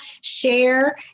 Share